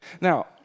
Now